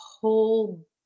whole